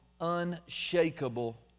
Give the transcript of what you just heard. unshakable